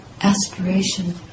aspiration